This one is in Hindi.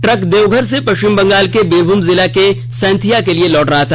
ट्रक देवघर से पश्चिम बंगाल के बीरभूम जिला के सैंथिया लौट रहा था